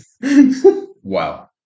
Wow